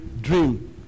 dream